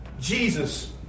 Jesus